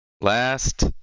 Last